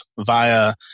via